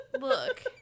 look